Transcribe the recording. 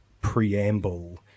preamble